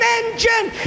engine